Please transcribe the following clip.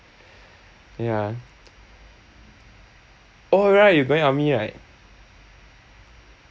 yeah oh right you going army right